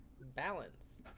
balance